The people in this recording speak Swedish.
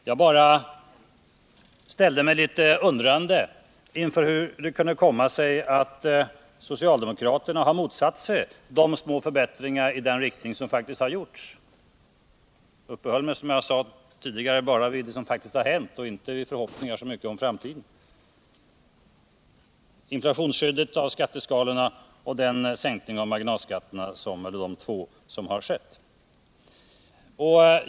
Jag bara ställde mig litet undrande inför hur det kunde komma sig att socialdemokraterna har motsatt sig de små förbättringar i den riktningen som faktiskt har gjorts. Jag uppehöll mig, som jag tidigare sade, inte så mycket vid förhoppningar för framtiden utan vid vad som faktiskt har hänt: inflationsskyddet av skatteskalorna och de två sänkningar av marginalskatterna som har skett.